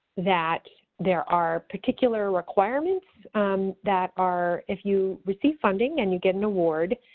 that there are particular requirements that are if you receive funding and you get an award,